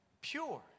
Pure